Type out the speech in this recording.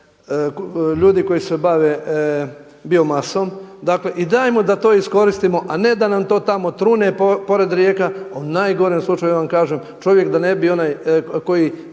ljudi koji se bave bio-masom. Dajmo mu da to iskoristimo, a ne da nam to tamo trune pored rijeka, u najgorem slučaju ja vam kažem, čovjek da ne bi onaj koji